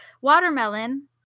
Watermelon